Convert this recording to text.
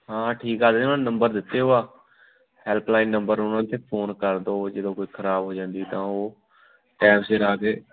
ਹਾਂ ਠੀਕ ਕਰ ਦਿੰਦੇ ਉਹਨਾਂ ਨੇ ਨੰਬਰ ਦਿੱਤੇ ਓ ਆ ਹੈਲਪਲਾਈਨ ਨੰਬਰ ਉਹਨਾਂ 'ਤੇ ਫੋਨ ਕਰਦੋ ਜਦੋਂ ਕੋਈ ਖਰਾਬ ਹੋ ਜਾਂਦੀ ਤਾਂ ਉਹ ਟੈਮ ਸਿਰ ਆ ਕੇ